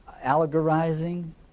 allegorizing